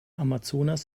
amazonas